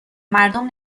مردم